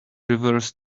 reversed